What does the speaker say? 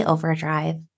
Overdrive